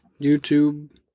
YouTube